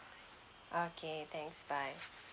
okay thanks bye